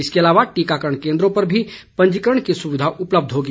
इसके अलावा टीकाकरण केन्द्रों पर भी पंजीकरण की सुविधा उपलब्ध होगी